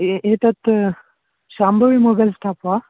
ए एतत् शाम्भविमोबैल् स्टाप् वा